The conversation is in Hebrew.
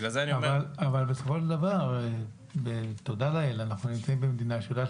אבל תודה לאל שאנחנו נמצאים במדינה שיודעת